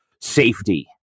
safety